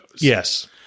yes